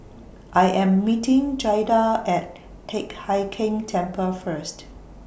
I Am meeting Jaida At Teck Hai Keng Temple First